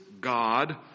God